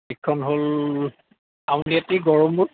সেইকিখন হ'ল আউনীআটি গড়মূৰ